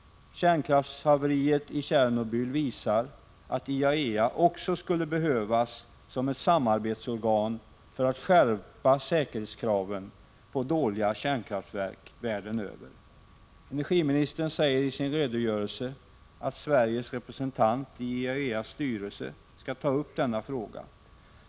Kärnkraftshaveriet i Tjernobyl visar att IAEA skulle behövas också som ett samarbetsorgan för att skärpa säkerhetskraven på dåliga kärnkraftverk världen över. Energiministern säger i sin redogörelse att Sveriges representant i IAEA:s styrelse skall ta upp denna fråga.